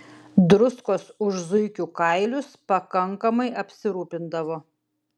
druskos už zuikių kailius pakankamai apsirūpindavo